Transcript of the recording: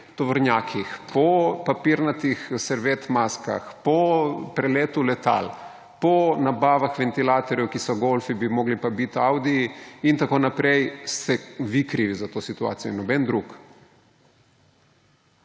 tovornjakih, po papirnatih servietnih maskah, po preletu letal, po nabavah ventilatorjev, ki so golfi, bi morali pa biti audiji in tako naprej, ste vi krivi za to situacijo in noben drug.